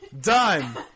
Done